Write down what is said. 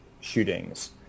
shootings